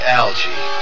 algae